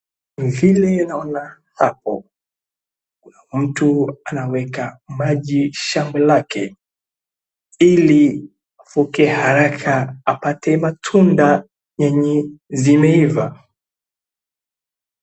Vile naona hapo, kuna mtu anaweka maji shamba lake ili irefuke haraka apate matunda yenye zimeiva.